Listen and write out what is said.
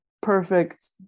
perfect